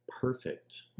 perfect